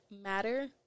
matter